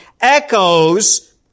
echoes